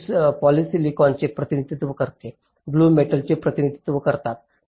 red पॉलिसिलिकॉनचे प्रतिनिधित्व करते ब्लू मेटलचे प्रतिनिधित्व करतात